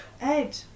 Ed